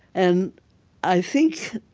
and i think,